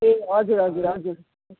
ए हजुर हजुर हजुर